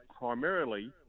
primarily